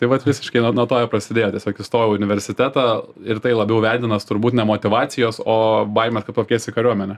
tai vat visiškai nuo nuo to ir prasidėjo tiesiog įstojau į universitetą ir tai labiau vedinas turbūt ne motyvacijos o baimės kad pakvies į kariuomenę